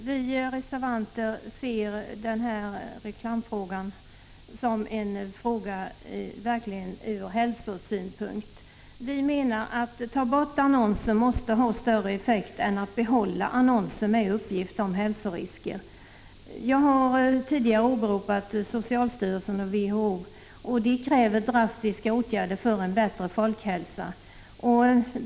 Fru talman! Denna reklamfråga ser vi reservanter verkligen ur hälsosynpunkt. Vi menar att det måste ha större effekt att helt ta bort annonserna än att behålla annonserna med uppgifter om hälsorisker. Jag har tidigare åberopat socialstyrelsen och WHO, som båda kräver drastiska åtgärder för en bättre folkhälsa.